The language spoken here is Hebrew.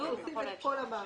אנחנו עושים את כל המאמצים.